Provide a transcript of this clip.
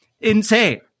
Insane